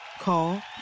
Call